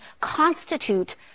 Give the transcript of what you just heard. constitute